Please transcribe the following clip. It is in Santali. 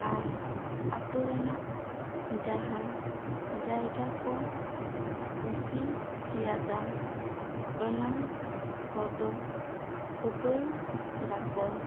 ᱟᱨ ᱟᱛᱳ ᱨᱮᱱᱟᱜ ᱡᱟᱦᱟᱸ ᱡᱟᱭᱜᱟ ᱠᱚ ᱠᱩᱥᱤᱭᱟᱫᱟ ᱚᱱᱟ ᱠᱚᱫᱚ ᱯᱷᱚᱴᱚᱭ ᱫᱟᱠᱚ